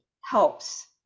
helps